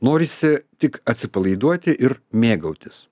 norisi tik atsipalaiduoti ir mėgautis